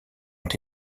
ont